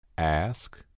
Ask